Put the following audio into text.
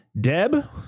Deb